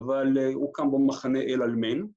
‫אבל הוא קם במחנה אל-אלמין.